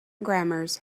grammars